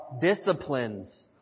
disciplines